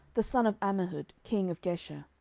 the son of ammihud, king of geshur.